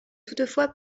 toutefois